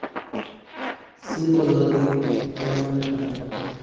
ᱥᱤᱢ ᱠᱚ ᱫᱚᱦᱚ ᱞᱟᱹᱜᱤᱫ ᱯᱷᱟᱨᱢᱟ ᱢᱮᱱᱟᱜ ᱠᱟᱫᱟ